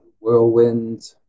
whirlwind